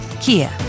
kia